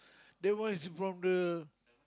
then why is from the